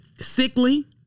sickly